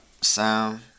Sound